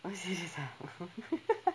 !huh! serious ah